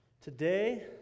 Today